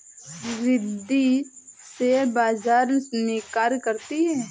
Riddhi share बाजार में कार्य करती है